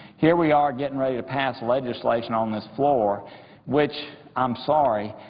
here we are getting ready to pass legislation on this floor which, i'm sorry,